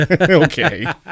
Okay